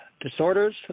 disorders